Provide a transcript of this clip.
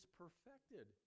perfected